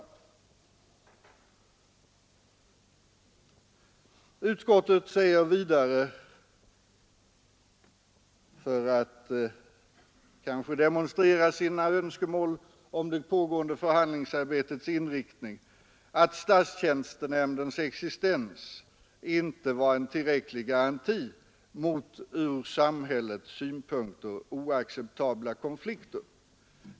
Utskottet anför vidare, kanske för att demonstrera sina önskemål om 149 det pågående förhandlingsarbetets inriktning, att statstjänstenämndens existens inte var ”en tillräcklig garanti mot ur samhällets synpunkt oacceptabla arbetskonflikter”.